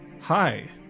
Hi